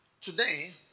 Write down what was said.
today